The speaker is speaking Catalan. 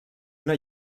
una